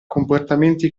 comportamenti